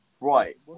Right